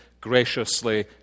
graciously